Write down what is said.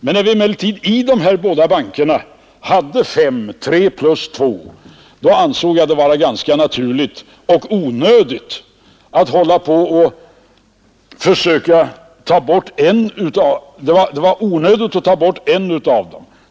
När vi emellertid i de här båda bankerna hade fem —- tre plus två — ansåg jag att det var onödigt att ta bort en av dem.